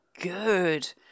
good